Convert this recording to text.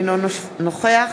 אינו נוכח